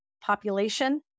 population